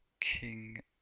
King